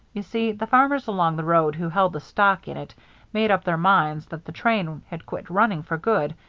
you see, the farmers along the road who held the stock in it made up their minds that the train had quit running for good,